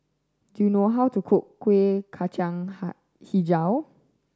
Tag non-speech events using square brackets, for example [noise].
do you know how to cook Kueh Kacang [unintelligible] Hijau